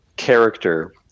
character